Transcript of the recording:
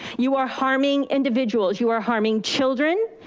you are harming individuals. you are harming children.